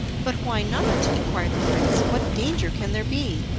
but why not? inquired the prince. what danger can there be?